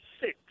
six